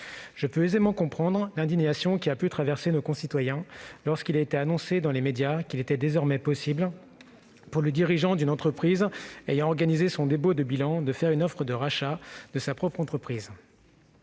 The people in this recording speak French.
je peux aisément comprendre l'indignation de nos concitoyens lorsque les médias ont annoncé qu'il était désormais possible pour le dirigeant d'une entreprise ayant organisé son dépôt de bilan de faire une offre de rachat de sa propre entreprise.